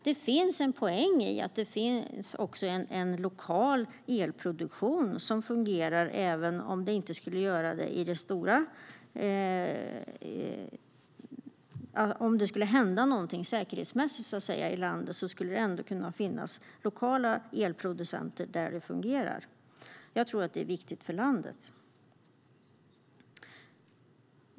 Det finns en poäng i att det finns en fungerande lokal elproduktion även om produktionen inte fungerar i det stora. Om det skulle hända någonting säkerhetsmässigt i landet skulle det ändå finnas lokala elproducenter där produktionen fungerar. Det är viktigt för landet.